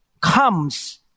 comes